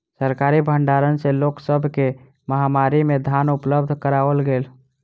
सरकारी भण्डार सॅ लोक सब के महामारी में धान उपलब्ध कराओल गेल